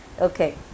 Okay